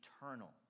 eternal